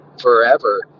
forever